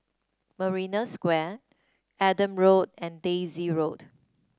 Marina Square Adam Road and Daisy Road